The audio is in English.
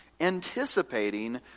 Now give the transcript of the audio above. anticipating